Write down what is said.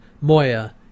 Moya